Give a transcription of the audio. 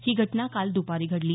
ही घटना काल दुपारी घडली